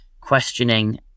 questioning